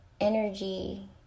energy